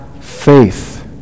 faith